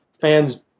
fans